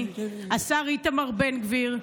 השר איתמר בן גביר,